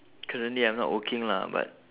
currently I'm not working lah but